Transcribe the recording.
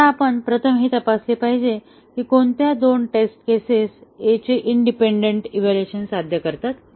आता आपण प्रथम हे तपासले पाहिजे की कोणत्या 2 टेस्टिंग केसेस A चे इंडिपेंडंट इव्हॅल्युएशन साध्य करतात